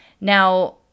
Now